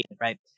right